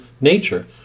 nature